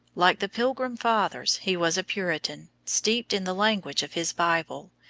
like the pilgrim fathers, he was a puritan, steeped in the language of his bible,